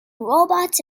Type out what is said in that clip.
robots